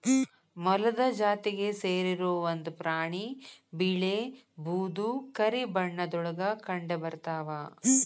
ಮೊಲದ ಜಾತಿಗೆ ಸೇರಿರು ಒಂದ ಪ್ರಾಣಿ ಬಿಳೇ ಬೂದು ಕರಿ ಬಣ್ಣದೊಳಗ ಕಂಡಬರತಾವ